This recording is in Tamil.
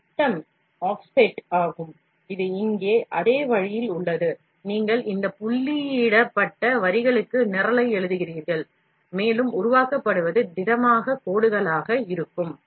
இது விட்டம் ஆஃப் செட் ஆகும் இது இங்கே அதே வழியில் உள்ளது நீங்கள் இந்த புள்ளியிடப்பட்ட வரிகளுக்கு நிரலை எழுதுகிறீர்கள் மேலும் உருவாக்கப்படுவது திடமான கோடுகளாக இருக்கும்